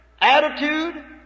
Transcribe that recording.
attitude